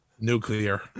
Nuclear